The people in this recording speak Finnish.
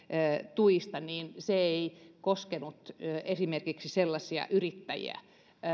tuista niin se ei koskenut esimerkiksi sellaisia yrittäjiä